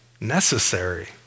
necessary